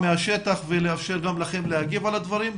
מהשטח ולאפשר גם לכם להגיב על הדברים,